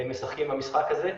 הם משחקים במשחק הזה,